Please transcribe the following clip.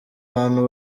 bantu